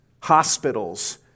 hospitals